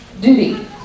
duty